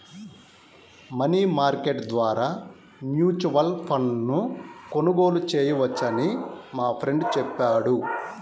money market ద్వారా mutual ఫండ్ను కొనుగోలు చేయవచ్చని మా ఫ్రెండు చెప్పాడు